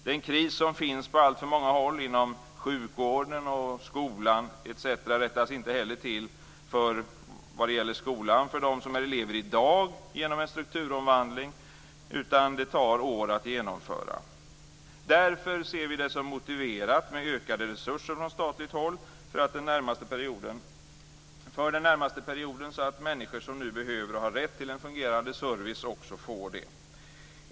Den kris som finns på alltför många håll inom sjukvården, skolan etc. rättas inte heller till, t.ex. för dem som är elever i dag, genom en strukturomvandling, utan det tar år att genomföra. Därför ser vi det som motiverat med ökade resurser från statligt håll för den närmaste perioden, så att människor som nu behöver och har rätt till en fungerande service också får det.